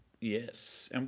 Yes